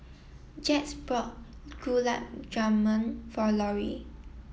Jax bought Gulab Jamun for Lorrie